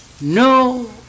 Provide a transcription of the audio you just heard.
No